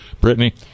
Brittany